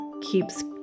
keeps